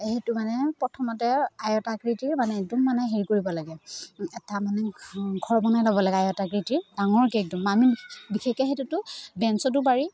সেইটো মানে প্ৰথমতে আয়ত আকৃতিৰ মানে একদম মানে হেৰি কৰিব লাগে এটা মানে ঘৰ বনাই ল'ব লাগে আয়ত আকৃতিৰ ডাঙৰকৈ একদম আমি বিশেষকৈ সেইটোতো বেঞ্চতো পাৰি